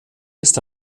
ist